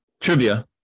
Trivia